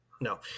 no